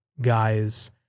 guys